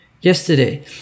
yesterday